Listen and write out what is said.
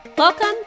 Welcome